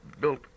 built